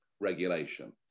regulation